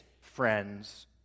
friends